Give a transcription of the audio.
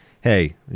hey